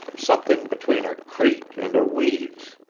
something between a creak and a wheeze.